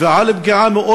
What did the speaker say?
ופגיעה מאוד